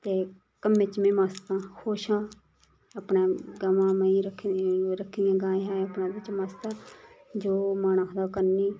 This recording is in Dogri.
ते कम्में च में मस्त आं खुश आं अपना गवां मेहीं रक्खी दियां दो रक्खी दियां गायें छाएं अपने बिच्च मस्त आं जो मन आखदा ओह् करनी